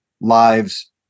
lives